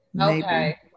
Okay